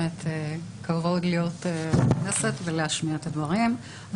כבוד להיות בכנסת ולהשמיע את הדברים.